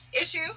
issue